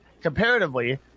comparatively